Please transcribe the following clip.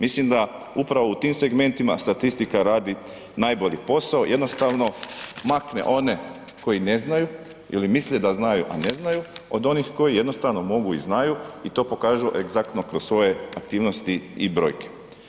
Mislim da upravo u tim segmentima, statistika radi najbolji posao, jednostavno makne one koji ne znaju ili misle da znaju a ne znaju od onih koji jednostavno mogu i znaju i to pokažu egzaktno kroz svoje aktivnosti i brojke.